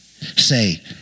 say